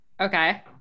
Okay